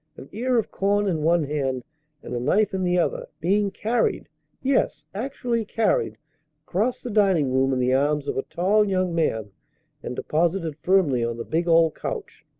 an ear of corn in one hand and a knife in the other, being carried yes, actually carried across the dining-room in the arms of a tall young man and deposited firmly on the big old couch.